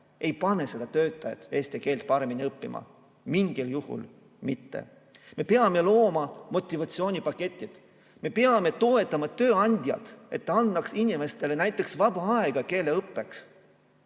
ei pane seda töötajat eesti keelt paremini õppima mitte mingil juhul.Me peame looma motivatsioonipaketid, me peame toetama tööandjat, et ta annaks inimestele näiteks vaba aega keeleõppeks.